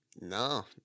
No